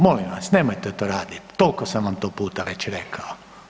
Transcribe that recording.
Molim vas, nemojte to raditi, toliko sam vam to puta već rekao.